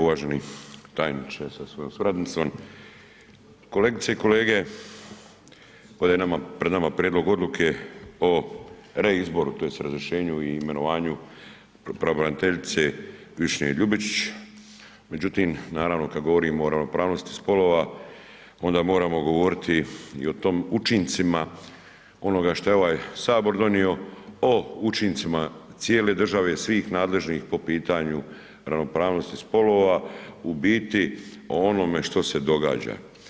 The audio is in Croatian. Uvaženi tajniče sa svojom suradnicom, kolegice i kolege ovde je nama, pred nama prijedlog odluke o rezizboru tj. razrješenju i imenovanju pravobraniteljice Višnje Ljubičić, međutim naravno kad govorimo o ravnopravnosti spolova onda moramo govoriti i o tom učincima onoga što je ovaj sabor donio o učincima cijele države, svih nadležnih po pitanju ravnopravnosti spolova, u biti onome što se događa.